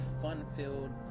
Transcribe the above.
fun-filled